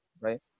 right